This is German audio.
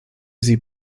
sie